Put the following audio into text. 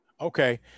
Okay